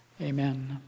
Amen